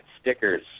stickers